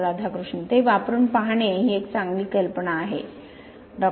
राधाकृष्ण ते वापरून पाहणे ही एक चांगली कल्पना आहे हसतात डॉ